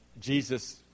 Jesus